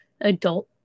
adult